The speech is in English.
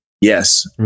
Yes